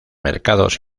mercados